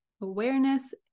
awareness